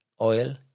oil